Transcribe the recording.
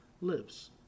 lives